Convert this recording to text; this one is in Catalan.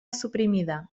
suprimida